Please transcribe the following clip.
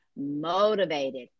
motivated